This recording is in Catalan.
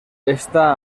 està